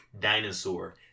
dinosaur